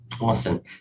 awesome